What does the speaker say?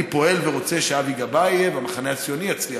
אני פועל ורוצה שאבי גבאי יהיה והמחנה הציוני יצליח,